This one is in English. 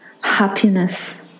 happiness